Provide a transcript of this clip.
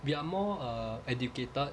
we are more err educated